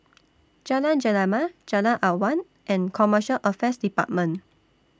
Jalan Gemala Jalan Awan and Commercial Affairs department